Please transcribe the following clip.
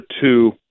two